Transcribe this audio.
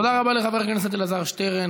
תודה רבה לחבר הכנסת אלעזר שטרן.